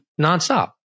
Nonstop